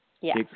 Yes